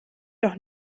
doch